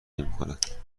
نمیخورد